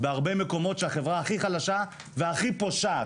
בהרבה מקומות שבהם החברה הכי חלשה והכי פושעת.